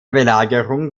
belagerung